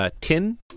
tin